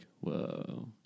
whoa